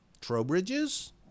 Trowbridges